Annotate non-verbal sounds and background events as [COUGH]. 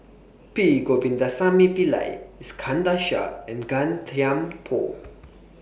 P Govindasamy Pillai Iskandar Shah and Gan Thiam Poh [NOISE]